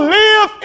live